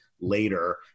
later